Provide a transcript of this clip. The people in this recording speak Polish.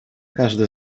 każdy